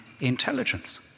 intelligence